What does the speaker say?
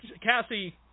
Cassie